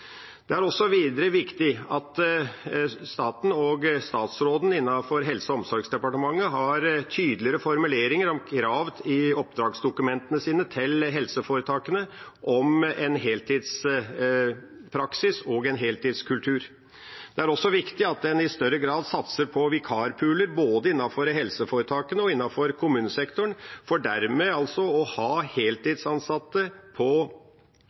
Det er videre viktig at staten og statsråden i Helse- og omsorgsdepartementet har tydeligere formuleringer og krav i oppdragsdokumentene sine til helseforetakene om en heltidspraksis og en heltidskultur. Det er også viktig at en i større grad satser på vikarpooler både innenfor helseforetakene og i kommunesektoren for dermed å ha heltidsansatte i fast jobb i kommuner og helseforetak, og som da kan brukes på